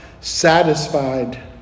satisfied